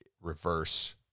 reverse